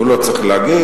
הוא לא צריך להגיד,